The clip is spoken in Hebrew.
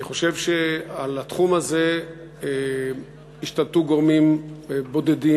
אני חושב שעל התחום הזה השתלטו גורמים בודדים,